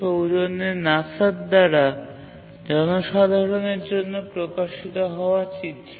সৌজন্যে NASA দ্বারা জনসাধারণের জন্য প্রকাশিত হওয়া চিত্র